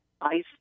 ice